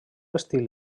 estil